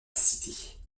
city